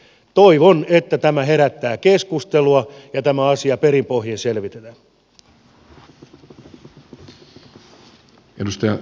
toivon että tämä herättää keskustelua ja tämä asia perin pohjin selvitetään